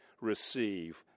receive